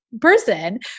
person